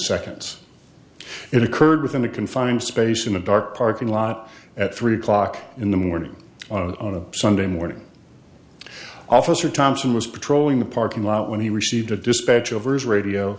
seconds it occurred within a confined space in a dark parking lot at three o'clock in the morning on a sunday morning officer thompson was patrolling the parking lot when he received a dispatch overs radio